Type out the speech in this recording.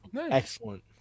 Excellent